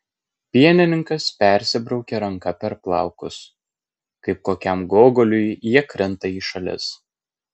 pienininkas persibraukia ranka per plaukus kaip kokiam gogoliui jie krinta į šalis